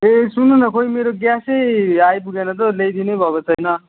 ए सुन्नु न खोइ मेरो ग्यासै आइपुगेन त ल्याइदिनै भएको छैन